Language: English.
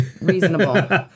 reasonable